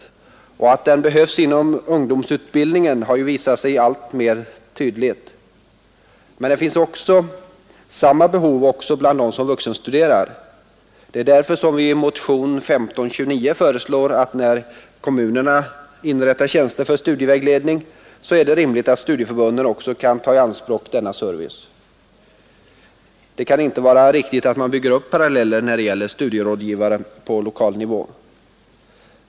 Att den vägledningen behövs inom ungdomsutbildningen har visat sig allt tydligare. Det finns samma behov också bland dem som vuxenstuderar. Det är därför som vi i motionen 1529 skriver, att när kommunerna inrättar tjänster för studievägledning är det rimligt att studieförbunden också kan ta denna service i anspråk. Det kan inte vara riktigt att bygga upp paralleller när det gäller studierådgivare på lokal nivå.